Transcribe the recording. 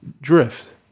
drift